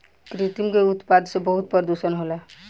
कृत्रिम के उत्पादन से बहुत प्रदुषण होला